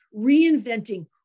reinventing